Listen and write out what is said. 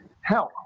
help